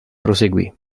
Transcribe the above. proseguì